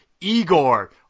Igor